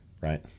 Right